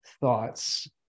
thoughts